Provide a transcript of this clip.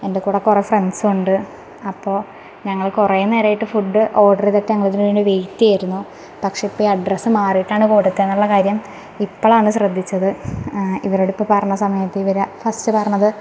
എന്റെ കൂടെ കുറേ ഫ്രണ്ട്സുമുണ്ട് അപ്പോൾ ഞങ്ങൾ കുറേ നേരമായിട്ട് ഫുഡ് ഓർഡർ ചെയ്തിട്ട് ഞങ്ങൾ അതിന് വേണ്ടി വെയിറ്റ് ചെയ്യുകയായിരുന്നു പക്ഷെ ഇപ്പം ഈ അഡ്രസ്സ് മാറിയിട്ടാണ് കൊടുത്തെ എന്നുള്ള കാര്യം ഇപ്പോഴാണ് ശ്രദ്ധിച്ചത് ഇവരെടുത്ത് പറഞ്ഞ സമയത്ത് ഇവർ ഫസ്റ്റ് പറഞ്ഞത്